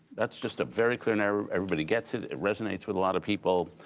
that's just a very clear narrative. everybody gets it. it resonates with a lot of people.